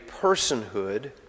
personhood